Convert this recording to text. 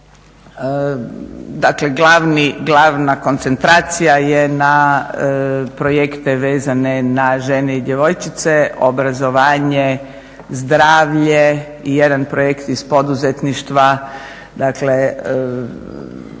dakle glavna koncentracija je na projekte vezane na žene i djevojčice, obrazovanje, zdravlje i jedan projekt iz poduzetništva, dakle